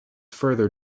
further